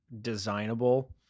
designable